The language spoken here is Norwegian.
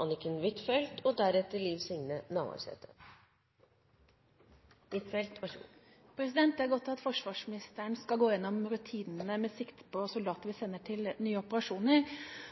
Anniken Huitfeldt – til oppfølgingsspørsmål. Det er godt at forsvarsministeren skal gå igjennom rutinene med sikte på soldater vi sender til nye operasjoner.